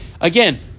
Again